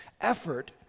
effort